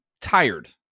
tired